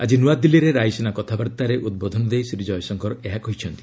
ଆଜି ନୂଆଦିଲ୍ଲୀରେ ରାଇସିନା କଥାବାର୍ତ୍ତାରେ ଉଦ୍ବୋଧନ ଦେଇ ଶ୍ରୀ ଜୟଶଙ୍କର ଏହା କହିଛନ୍ତି